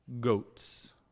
goats